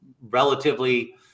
relatively